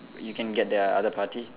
you can get the other party